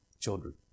children